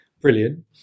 Brilliant